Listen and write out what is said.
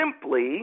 simply